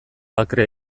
akre